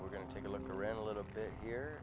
we're going to take a look around a little bit here